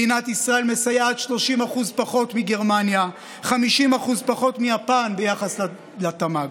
מדינת ישראל מסייעת 30% פחות מגרמניה ו-50% פחות מיפן ביחס לתמ"ג.